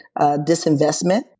disinvestment